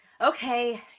Okay